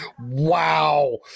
wow